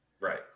Right